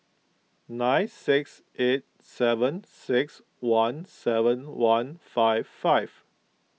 nine six eight seven six one seven one five five